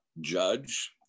judge